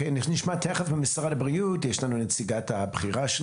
נשמע תכף ממשרד הבריאות, נמצאת איתנו נציגה בכירה.